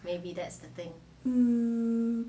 hmm